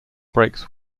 brakes